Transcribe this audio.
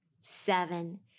seven